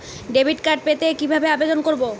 Debit card পেতে কি ভাবে আবেদন করব?